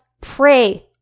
pray